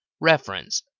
Reference